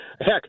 Heck